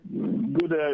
good